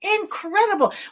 incredible